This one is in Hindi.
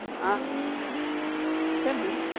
आप सर हैं